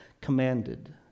commanded